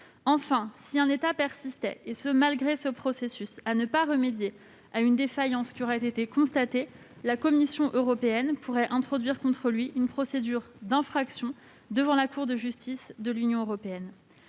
processus, un État persistait à ne pas remédier à une défaillance qui aurait été constatée, la Commission européenne pourrait introduire contre lui une procédure d'infraction devant la Cour de justice de l'Union européenne.